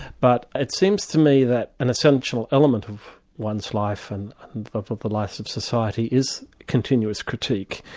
but it seems to me that an essential element of one's life, and of of the life of society, is continuous critique,